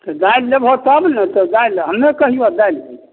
तऽ दालि लेबहो तब ने तऽ दालि हमे कहियौ दालि लए